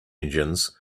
engines